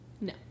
No